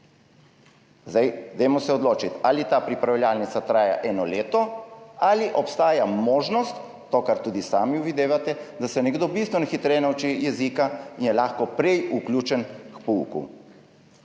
Dajmo se odločiti, ali ta pripravljalnica traja eno leto ali obstaja možnost, to, kar tudi sami videvate, da se nekdo bistveno hitreje nauči jezika in je lahko prej vključen k pouku.